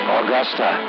Augusta